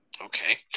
Okay